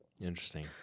Interesting